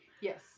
Yes